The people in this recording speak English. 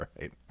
right